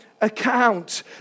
account